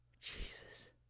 Jesus